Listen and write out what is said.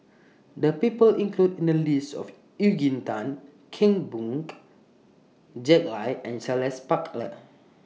The People included in The list of Eugene Tan Kheng B Oon Jack Lai and Charles Paglar